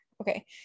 okay